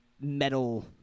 metal